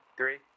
Three